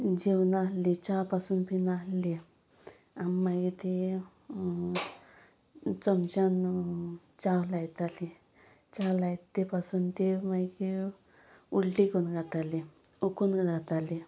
जेवना आसली च्या पासून बी नासली आमी मागीर तीय चमच्यान चच्या लायताली च्या लाय ते पासून ती मागीर उल्टी करून घाताली ओकून घाताली